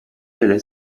delle